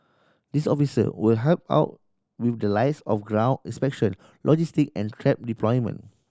these officer will help out with the likes of ground inspection logistic and trap deployment